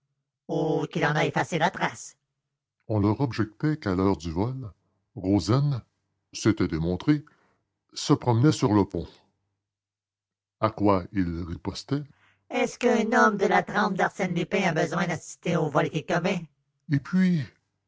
qu'il en a effacé la trace on leur objectait qu'à l'heure du vol rozaine cétait démontré se promenait sur le pont à quoi ils ripostaient est-ce qu'un homme de la trempe d'arsène lupin a besoin d'assister au vol qu'il commet et puis